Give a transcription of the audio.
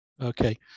Okay